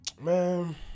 man